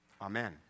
Amen